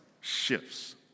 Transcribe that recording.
shifts